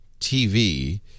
TV